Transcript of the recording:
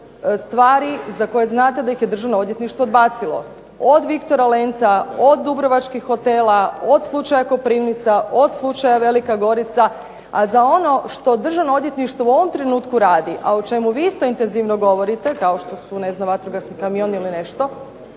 stvari za koje znate da ih je državno odvjetništvo odbacilo. Od Viktora Lenca, od Dubrovačkih hotela, od slučaja Koprivnica, od slučaja Velika Gorica. A za ono što Državno odvjetništvo u ovom trenutku radi, a o čemu vi isto intenzivno govorite, kao što su ne znam vatrogasni kamioni ili nešto,